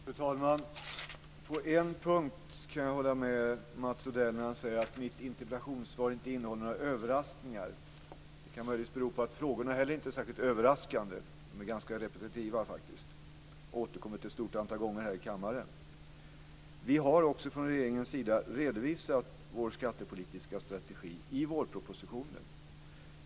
Fru talman! På en punkt kan jag hålla med Mats Odell när han säger att mitt interpellationssvar inte innehåller några överraskningar. Det kan möjligtvis beror på att inte heller frågorna är särskilt överraskande. De är ganska repetitiva faktiskt. De har återkommit ett stort antal gånger här i kammaren. Vi från regeringen har redovisat vår skattepolitiska strategi i vårpropositionen.